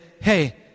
Hey